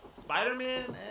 Spider-Man